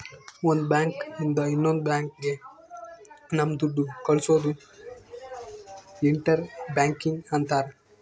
ಒಂದ್ ಬ್ಯಾಂಕ್ ಇಂದ ಇನ್ನೊಂದ್ ಬ್ಯಾಂಕ್ ಗೆ ನಮ್ ದುಡ್ಡು ಕಳ್ಸೋದು ಇಂಟರ್ ಬ್ಯಾಂಕಿಂಗ್ ಅಂತಾರ